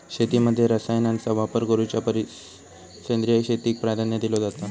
शेतीमध्ये रसायनांचा वापर करुच्या परिस सेंद्रिय शेतीक प्राधान्य दिलो जाता